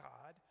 God